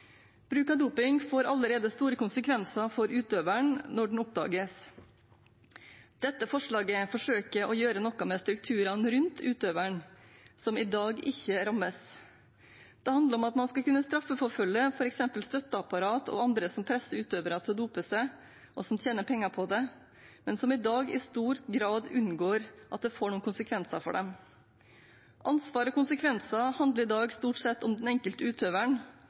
Bruk av doping får allerede store konsekvenser for utøveren når den oppdages. Dette forslaget forsøker å gjøre noe med strukturene rundt utøveren, som i dag ikke rammes. Det handler om at man skal kunne straffeforfølge f.eks. støtteapparat og andre som tester utøvere som doper seg, og som tjener penger på det, men som i dag i stor grad unngår at det får noen konsekvenser for dem. Ansvar og konsekvenser handler i dag stort sett om den enkelte utøveren,